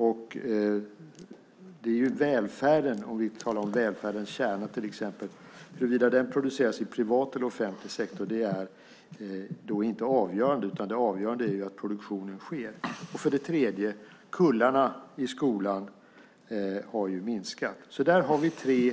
Huruvida välfärden - vi talar till exempel om välfärdens kärna - produceras i privat eller offentlig sektor är inte avgörande, utan det avgörande är att produktionen sker. För det tredje har kullarna i skolan minskat. Där har vi tre